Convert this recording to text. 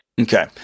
Okay